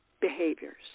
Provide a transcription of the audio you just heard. behaviors